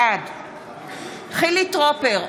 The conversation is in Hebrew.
בעד חילי טרופר,